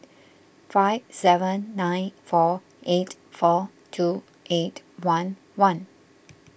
five seven nine four eight four two eight one one